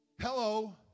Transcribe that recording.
Hello